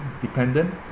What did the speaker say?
dependent